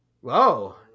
whoa